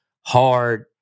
hard